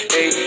Hey